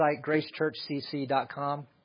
GraceChurchCC.com